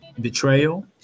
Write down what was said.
betrayal